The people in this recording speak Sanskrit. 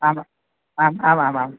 आम् आम् आम् आम् आम्